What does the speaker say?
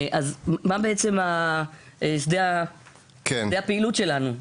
מה בעצם שדה הפעילות שלנו?